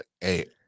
hey